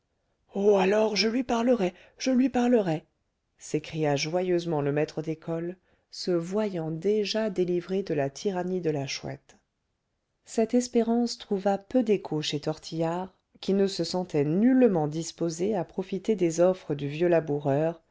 oh alors je lui parlerai je lui parlerai s'écria joyeusement le maître d'école se voyant déjà délivré de la tyrannie de la chouette cette espérance trouva peu d'écho chez tortillard qui ne se sentait nullement disposé à profiter des offres du vieux laboureur